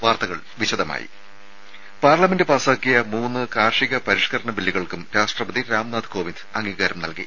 വാർത്തകൾ വിശദമായി പാർലമെന്റ് പാസ്സാക്കിയ മൂന്ന് കാർഷിക പരിഷ്കരണ ബില്ലുകൾക്കും രാഷ്ട്രപതി രാംനാഥ് കോവിന്ദ് അംഗീകാരം നൽകി